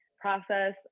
process